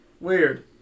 weird